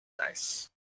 Nice